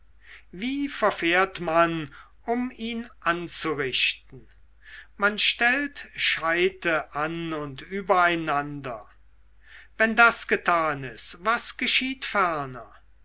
wie verfährt man um ihn anzurichten man stellt scheite an und übereinander wenn das getan ist was geschieht ferner